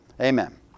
Amen